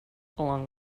along